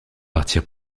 partir